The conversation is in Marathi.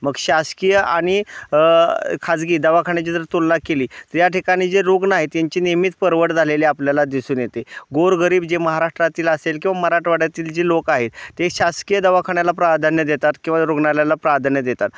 मग शासकीय आणि खाजगी दवाखाान्याची जर तुलना केली तर या ठिकाणी जे रुग्ण आहेत त्यांची नेहमीच परवड झालेली आपल्याला दिसून येते गोरगरीब जे महाराष्ट्रातील असेल किंवा मराठवाड्यातील जे लोक आहे ते शासकीय दवाखान्याला प्राधान्य देतात किंवा रुग्णालयाला प्राधान्य देतात